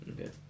Okay